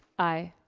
aye.